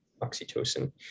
oxytocin